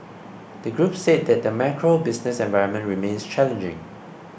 the group said that the macro business environment remains challenging